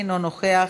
אינו נוכח,